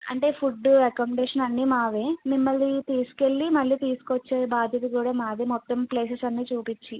అంటే food accommodation అన్నీ మావే మిమ్మల్ని తీసుకెళ్ళి మళ్ళీ తీసుకొచ్చే బాధ్యత కూడా మాదే మొత్తం ప్లేసెస్ అన్నీ చూపించి